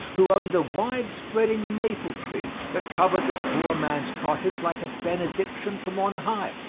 who owned a wide-spreading maple tree that covered the poor man's cottage like a benediction from on high.